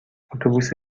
اتوبوس